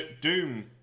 Doom